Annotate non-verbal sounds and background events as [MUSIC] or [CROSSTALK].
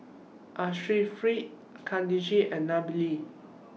[UNINTELLIGIBLE] Khadija and Nabil